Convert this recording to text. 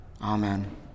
Amen